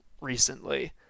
recently